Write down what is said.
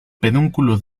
pedúnculos